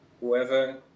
whoever